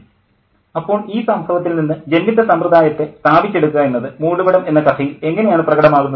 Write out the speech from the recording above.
ആര്യ അപ്പോൾ ഈ സംഭവത്തിൽ നിന്ന് ജന്മിത്ത സമ്പ്രദായത്തെ സ്ഥാപിച്ചെടുക്കുക എന്നത് മൂടുപടം എന്ന കഥയിൽ എങ്ങനെയാണ് പ്രകടമാകുന്നത്